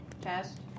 test